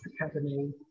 Academy